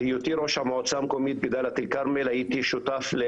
בהיותי ראש המועצה המקומית בדליית אל כרמל הייתי שותף על